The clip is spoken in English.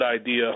idea